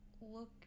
look